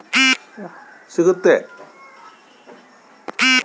Sir ನಮಗೆ ಕೃಷಿ ಮೇಲೆ ಸಾಲ ಸಿಗುತ್ತಾ?